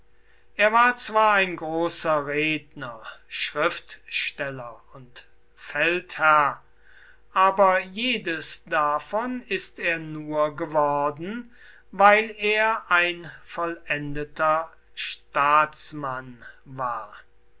er war zwar ein großer redner schriftsteller und feldherr aber jedes davon ist er nur geworden weil er ein vollendeter staumann war